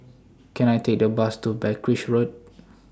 Can I Take A Bus to Berkshire Road